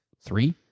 three